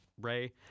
Ray